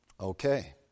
Okay